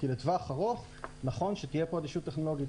כי לטווח הארוך נכון שתהיה פה אדישות טכנולוגית.